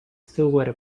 silhouette